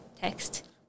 text